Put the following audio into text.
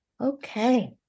Okay